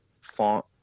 font